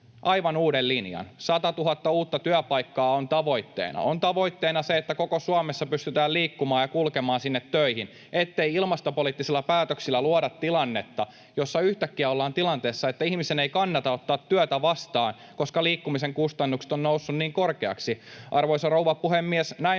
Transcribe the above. aivan uuden linjan: 100 000 uutta työpaikkaa on tavoitteena, on tavoitteena se, että koko Suomessa pystytään liikkumaan ja kulkemaan sinne töihin, niin ettei ilmastopoliittisilla päätöksillä luoda tilannetta, jossa yhtäkkiä ollaan tilanteessa, että ihmisen ei kannata ottaa työtä vastaan, koska liikkumisen kustannukset ovat nousseet niin korkeiksi. Arvoisa rouva puhemies, näin